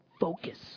focus